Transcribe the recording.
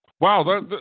Wow